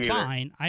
fine